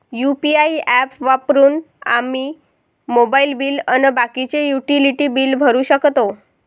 UPI app वापरून आम्ही mobile bill अन बाकीचे युटिलिटी बिल भरू शकतो